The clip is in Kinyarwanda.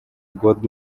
god